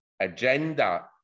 agenda